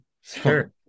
Sure